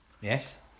Yes